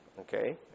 okay